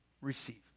receive